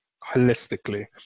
holistically